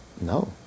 No